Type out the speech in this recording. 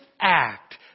act